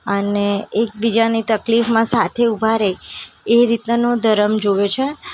અને એકબીજાની તકલીફમાં સાથે ઊભા રહી એ રીતેનો ધર્મ જોઈએ છે